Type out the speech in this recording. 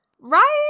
Right